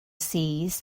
sees